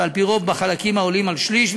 ועל-פי רוב החלקים עולים על שליש,